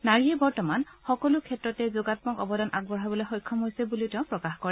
নাৰীয়ে বৰ্তমান সকলো ক্ষেত্ৰতেই যোগাম্মক অৱদান আগবঢ়াবলৈ সক্ষম হৈছে বুলিও তেওঁ প্ৰকাশ কৰে